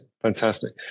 fantastic